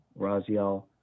raziel